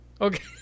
Okay